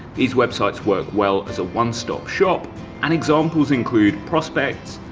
these websites work well as a one-stop shop and examples include prospects,